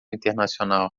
internacional